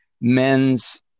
men's